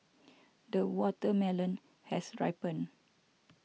the watermelon has ripened